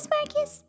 Marcus